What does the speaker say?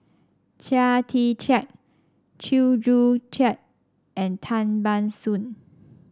Chia Tee Chiak Chew Joo Chiat and Tan Ban Soon